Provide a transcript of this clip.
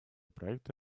проект